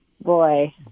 Boy